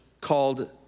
called